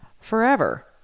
Forever